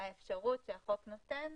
האפשרות שהחוק נותן